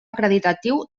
acreditatiu